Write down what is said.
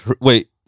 wait